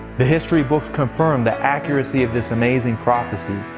the history books confirm the accuracy of this amazing prophecy.